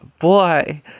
boy